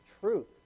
truth